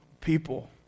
people